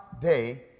day